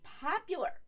popular